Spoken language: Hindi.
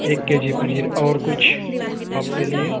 एक के जी पनीर और कुछ आपके लिए